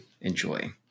enjoy